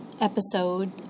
episode